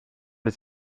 ist